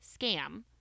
scam